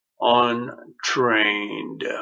untrained